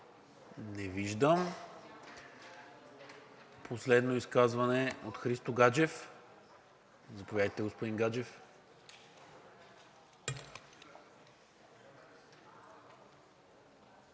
Не виждам. Последно изказване от Христо Гаджев. Заповядайте, господин Гаджев.